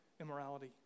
immorality